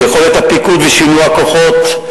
יכולת הפיקוד ושינוע הכוחות,